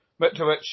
Mitrovic